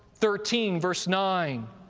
thirteen, verse nine.